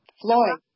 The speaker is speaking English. Floyd